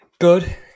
Good